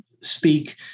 speak